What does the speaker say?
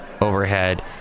overhead